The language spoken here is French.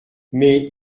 mais